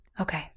Okay